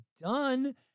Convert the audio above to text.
done